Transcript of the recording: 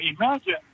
imagine